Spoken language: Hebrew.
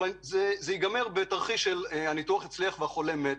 אבל זה ייגמר כשהניתוח מצליח והחולה מת.